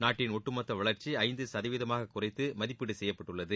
நாட்டின் ஒட்டுமொத்த வளர்ச்சி ஐந்து சதவீதமாக குறைத்து மதிப்பீடு செய்யப்பட்டுள்ளது